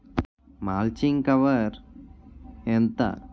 Mulching cover ఎంత?